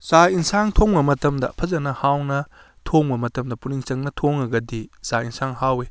ꯆꯥꯛ ꯏꯟꯁꯥꯡ ꯊꯣꯡꯕ ꯃꯇꯝꯗ ꯐꯖꯅ ꯍꯥꯎꯅ ꯊꯣꯡꯕ ꯃꯇꯝꯗ ꯄꯨꯛꯅꯤꯡ ꯆꯪꯅ ꯊꯣꯡꯉꯒꯗꯤ ꯆꯥꯛ ꯏꯟꯁꯥꯡ ꯍꯥꯎꯋꯤ